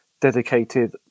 dedicated